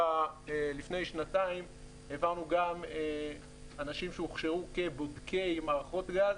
לפני שנתיים העברנו גם אנשים שהוכשרו כבודקי מערכות גז